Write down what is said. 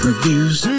Reviews